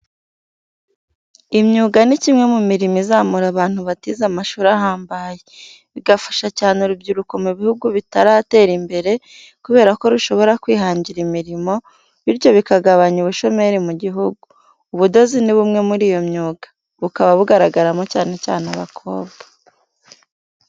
Imyuga ni kimwe mu mirimo izamura abantu batize amashuri ahambaye, bigafasha cyane urubyiruko mu bihugu bitaratera imbere kubera ko rushobora kwihangira imirimo, bityo bikagabanya ubushomeri mu gihugu. Ubudozi ni bumwe muri iyo myuga, bukaba bugaragaramo cyane cyane abakobwa.